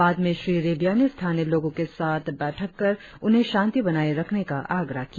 बाद में श्री रेबिया ने स्थानीय लोगों के साथ बैठक कर उन्हें शांति बनाए रखने का आग्रह किया